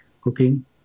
cooking